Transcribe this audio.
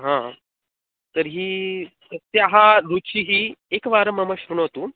हा तर्हि तस्याः रुचिः एकवारं मम शृणोतु